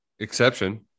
Exception